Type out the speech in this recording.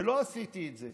ולא עשיתי את זה.